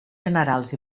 generals